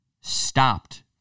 stopped